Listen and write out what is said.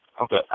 Okay